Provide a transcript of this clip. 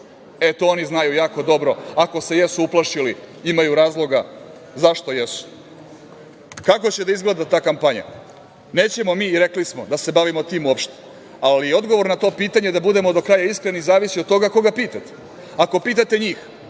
E, to oni znaju jako dobro. Ako se jesu uplašili imaju razloga zašto jesu. Kako će da izgleda ta kampanja? Nećemo mi i rekli smo da se bavimo time uopšte, ali odgovor na to pitanje, da budemo do kraja iskreni, zavisi od toga koga pitate. Ako pitate njih,